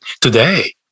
today